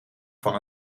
van